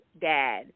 dad